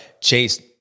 Chase